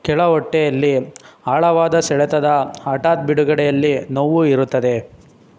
ಕೆಳ ಹೊಟ್ಟೆಯಲ್ಲಿ ಆಳವಾದ ಸೆಳೆತದ ಹಠಾತ್ ಬಿಡುಗಡೆಯಲ್ಲಿ ನೋವು ಇರುತ್ತದೆ